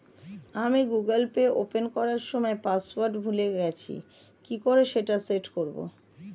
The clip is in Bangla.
আমি গুগোল পে ওপেন করার সময় পাসওয়ার্ড ভুলে গেছি কি করে সেট করব?